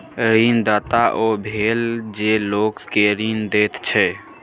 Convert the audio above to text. ऋणदाता ओ भेलय जे लोक केँ ऋण दैत छै